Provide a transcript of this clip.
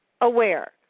aware